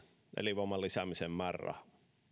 elinvoiman lisäämisen määräraha